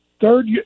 third